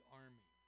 army